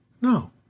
No